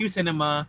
Cinema